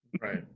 Right